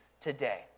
today